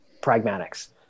pragmatics